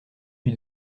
lui